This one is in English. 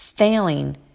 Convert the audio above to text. Failing